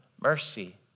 mercy